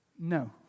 No